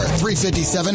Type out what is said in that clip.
.357